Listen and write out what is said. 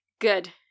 good